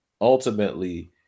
ultimately